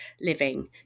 living